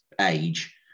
age